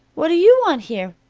what do you want here?